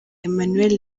emmanuel